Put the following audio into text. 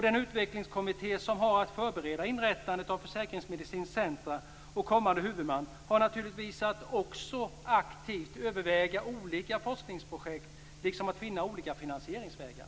Den utvecklingskommitté som har att förbereda inrättandet av ett försäkringsmedicinskt centrum och kommande huvudman har naturligtvis att aktivt överväga olika forskningsprojekt, liksom att finna olika finansieringsvägar.